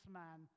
man